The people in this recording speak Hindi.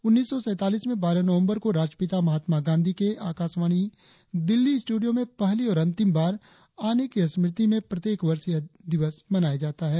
उन्नीस सौ सैतालीस में बारह नवबंर को राष्ट्रपिता महात्मा गांधी के आकाशवाणी दिल्ली स्ट्रडियों में पहली और अंतिम बार आने की स्मृति में प्रत्येक वर्ष यह दिवस मनाया जाता है